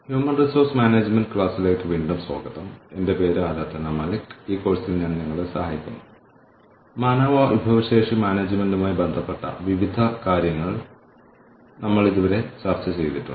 നമ്മുടെ പക്കലുള്ള മാനവ വിഭവശേഷി അല്ലെങ്കിൽ നമ്മൾ നടപ്പിലാക്കിയ മാനവ വിഭവശേഷി പ്രക്രിയകൾ ഓർഗനൈസേഷന് മൂല്യവർദ്ധിതമാക്കിയത് എങ്ങനെയെന്ന് വിലയിരുത്തുന്നതിന് മാനവ വിഭവശേഷി മാനേജ്മെന്റിൽ നമ്മൾ ഉപയോഗിക്കുന്ന വിവിധ തരം സ്കോർകാർഡുകൾ ഇന്ന് ചർച്ച ചെയ്യും